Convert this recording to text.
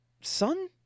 son